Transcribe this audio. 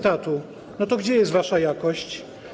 To gdzie jest wasza jakość?